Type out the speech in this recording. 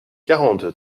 quarante